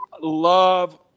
love